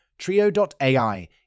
Trio.ai